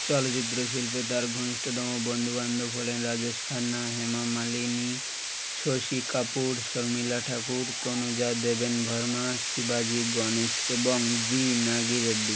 চলচ্চিত্র শিল্পে তার ঘনিষ্ঠতম বন্ধুবান্ধব হলেন রাজেশ খান্না হেমা মালিনী শশী কাপুর শর্মিলা ঠাকুর তনুজা দেবেন ভার্মা শিবাজি গণেশ এবং বি নাগে রেড্ডি